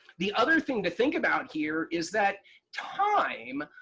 the other thing to think about here is that time,